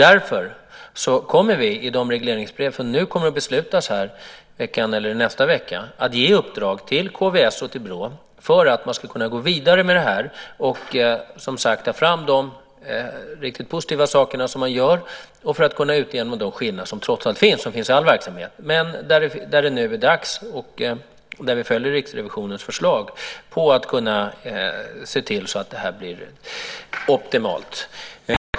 Därför kommer vi i de regleringsbrev som det beslutas om denna vecka eller nästa vecka att ge uppdrag till KVS och BRÅ - detta för att kunna gå vidare med det här och ta fram de riktigt positiva saker som görs och för att kunna utjämna de skillnader som trots allt finns och som för övrigt finns i all verksamhet. Det är nu dags, och vi följer Riksrevisionens förslag när det gäller att se till att det här blir optimalt.